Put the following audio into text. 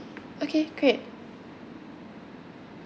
okay great